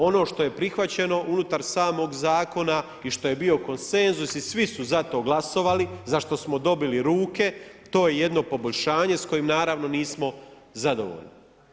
Ono što je prihvaćeno unutar samog zakona i što je bio konsenzus i svi su za to glasovali, za što smo dobili ruke, to je jedno poboljšanje s kojim naravno nismo zadovoljni.